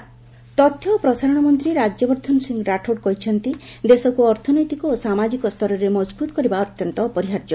I and B minister ତଥ୍ୟ ଓ ପ୍ରସାରଣ ମନ୍ତ୍ରୀ ରାଜ୍ୟବର୍ଦ୍ଧନ ସିଂ ରାଠୋଡ କହିଛନ୍ତି ଦେଶକୁ ଅର୍ଥନୈତିକ ଓ ସାମାଜିକ ସ୍ତରରେ ମଜବୁତ୍ କରିବା ଅତ୍ୟନ୍ତ ଅପରିହାର୍ଯ୍ୟ